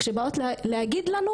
כשבאות להגיד לנו,